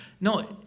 No